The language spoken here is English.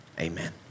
amen